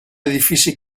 edifici